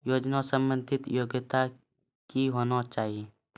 योजना संबंधित योग्यता क्या होनी चाहिए?